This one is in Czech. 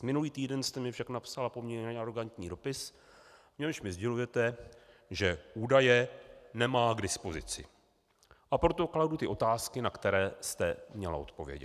Minulý týden jste mi však napsala poměrně arogantní dopis, v němž mi sdělujete, že údaje nemá k dispozici, a proto kladu ty otázky, na které jste měla odpovědět: